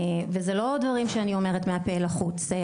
וזה לא דברים שאני אומרת מהפה אל החוץ.